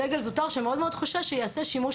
סגל זוטר שמאוד מאוד חושש שיעשה שימוש